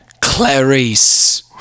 Clarice